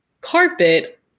carpet